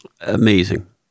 Amazing